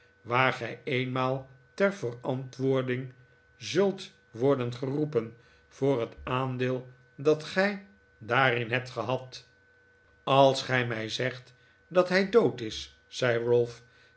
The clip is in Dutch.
gij eenmaal ter verantwoording zult worden geroepen voor het aandeel dat gij daarin hebt gehad als gij mij zegt dat hij dood is zei